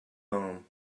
home